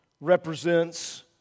represents